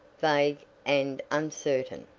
vague and uncertain.